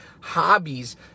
hobbies